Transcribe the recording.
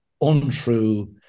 untrue